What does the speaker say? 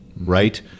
right